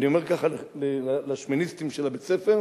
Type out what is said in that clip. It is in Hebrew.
אני אומר ככה לשמיניסטים של בית-הספר,